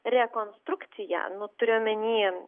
rekonstrukciją nu turiu omeny